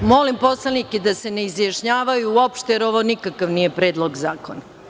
Molim poslanike da se ne izjašnjavaju uopšte jer ovo nikakav nije Predlog zakona.